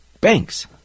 banks